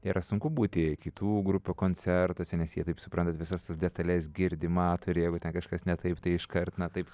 yra sunku būti kitų grupių koncertuose nes jie taip supranta visas tas detales girdi mato ir jeigu ten kažkas ne taip tai iškart na taip